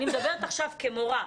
אני מדברת עכשיו כמורה.